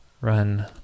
run